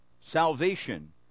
salvation